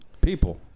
people